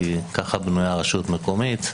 כי ככה בנויה רשות מקומית,